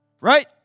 right